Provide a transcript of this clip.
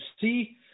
see